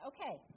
Okay